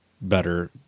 better